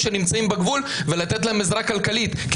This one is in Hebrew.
למי שנכנס כתייר ובוצעה לו בדיקה ראשונית,